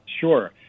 Sure